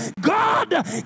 God